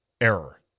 error